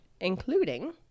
including